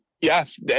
Yes